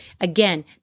Again